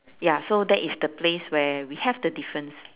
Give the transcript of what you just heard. ya so that is the place where we have the difference